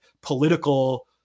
political